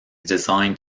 designed